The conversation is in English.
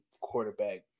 quarterback